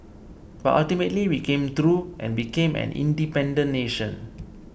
but ultimately we came through and became an independent nation